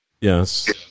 Yes